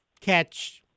catch